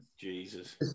Jesus